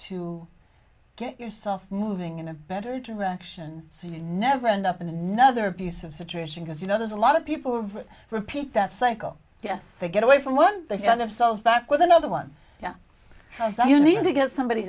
to get yourself moving in a better direction so you never end up in another abusive situation because you know there's a lot of people of repeat that cycle yes they get away from one they got themselves back with another one so you need to get somebody